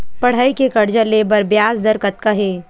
पढ़ई के कर्जा ले बर ब्याज दर कतका हे?